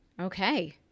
Okay